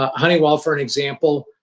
um honeywell for an example,